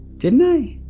didn't i?